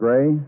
Gray